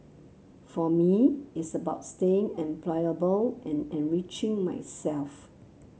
for me it's about staying employable and enriching myself